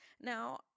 Now